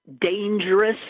dangerous